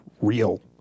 real